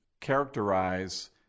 characterize